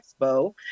expo